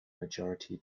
majority